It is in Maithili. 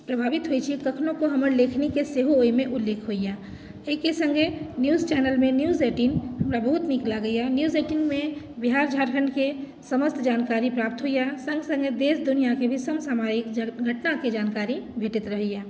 प्रभावित होइत छी कखनो कऽ हमर लेखनीके सेहो ओहिमे उल्लेख होइया एके सङ्गे न्यूज चैनलमे न्यूज एटिन हमरा बहुत नीक लागैया न्यूज एटिनमे बिहार झारखण्डके समस्त जानकारी प्राप्त होइया सङ्गे सङ्गे देश दुनिआके भी समसामयिक घटनाके जानकारी भेटैत रहैया